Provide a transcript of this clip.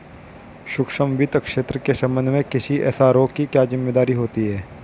सूक्ष्म वित्त क्षेत्र के संबंध में किसी एस.आर.ओ की क्या जिम्मेदारी होती है?